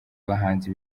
bahanzi